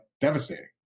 devastating